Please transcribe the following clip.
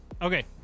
Okay